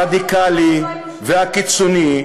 הרדיקלי והקיצוני,